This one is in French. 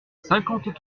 cinquante